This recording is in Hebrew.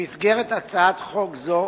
במסגרת הצעת חוק זו